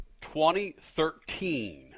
2013